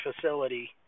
facility